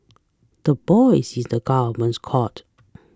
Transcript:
the ball is in the government's court